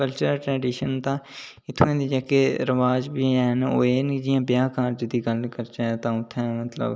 cultural tradition दा तां उत्थुआं दे जेह्के रवाज़ बी हैन ते ओह् एह् की जि'यां ब्याह् कारज दी गल्ल करचै ते उत्थै मतलब